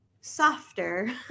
softer